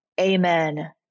Amen